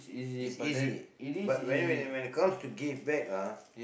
it's easy but when when when it comes to give back ah